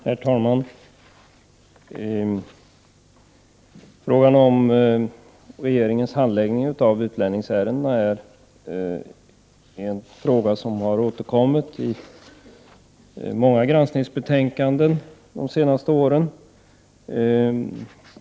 Herr talman! Frågan om regeringens handläggning av utlänningsärenden har återkommit i många granskningsbetänkanden de senaste åren.